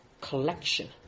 collection